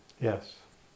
Yes